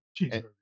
Cheeseburger